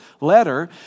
letter